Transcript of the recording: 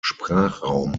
sprachraum